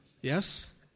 yes